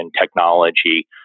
technology